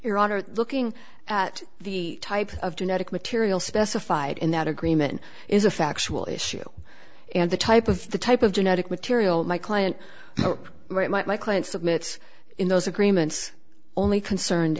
honor looking at the type of genetic material specified in that agreement is a factual issue and the type of the type of genetic material my client up right my client submit in those agreements only concerned